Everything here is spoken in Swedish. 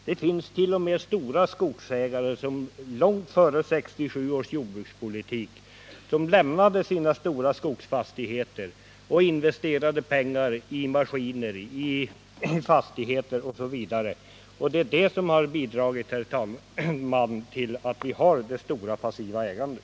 Det finns stora skogsägare som långt före 1967 års jordbrukspolitik lämnade sina stora skogsfastigheter och investerade pengar i maskiner, fastigheter osv. Det är detta som bidragit, herr talman, till att vi har det stora passiva ägandet.